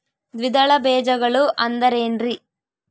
ದ್ವಿದಳ ಬೇಜಗಳು ಅಂದರೇನ್ರಿ?